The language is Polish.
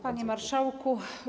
Panie Marszałku!